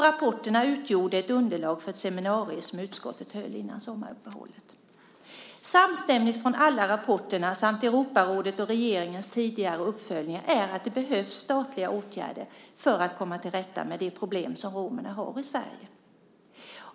Rapporterna utgjorde ett underlag för det seminarium som utskottet höll innan sommaruppehållet. Samstämmigt är slutsatsen från alla rapporterna samt från Europarådet och regeringens tidigare uppföljning att det behövs statliga åtgärder för att komma till rätta med de problem som romerna har i Sverige.